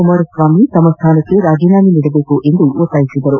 ಕುಮಾರಸ್ವಾಮಿ ತಮ್ಮ ಸ್ದಾನಕ್ಕೆ ರಾಜೀನಾಮೆ ನೀಡಬೇಕು ಎಂದು ಒತ್ತಾಯಿಸಿದರು